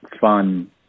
fun